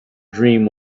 dream